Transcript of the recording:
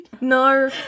No